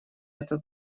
это